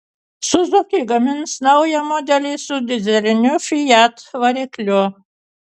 suzuki gamins naują modelį su dyzeliniu fiat varikliu